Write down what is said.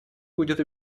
будет